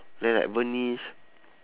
ya like venice